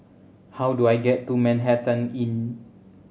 how do I get to Manhattan Inn